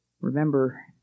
remember